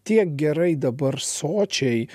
tiek gerai dabar sočiai